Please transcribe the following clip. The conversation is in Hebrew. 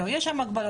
לא, יש שם הגבלות.